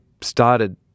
started